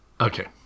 Okay